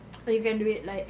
you can do it like